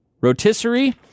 rotisserie